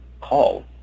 call